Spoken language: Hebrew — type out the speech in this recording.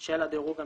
של הדירוג המינהלי.